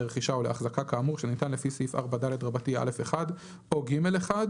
לרכישה או להחזקה כאמור שניתן לפי סעיף 4ד(א1) או (ג)(1),